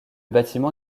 bâtiment